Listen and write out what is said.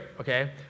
okay